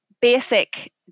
basic